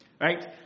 right